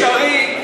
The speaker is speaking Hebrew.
וזה אפשרי.